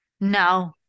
No